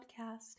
podcast